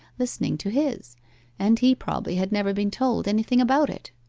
listening to his and he probably had never been told anything about it